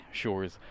shores